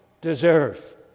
deserve